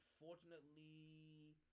Unfortunately